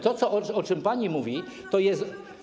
To, o czym pani mówi, to jest.